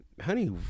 Honey